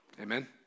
Amen